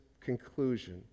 conclusion